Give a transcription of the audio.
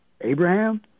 Abraham